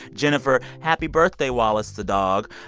jennifer. happy birthday, wallace the dog.